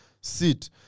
seat